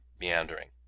meandering